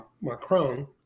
Macron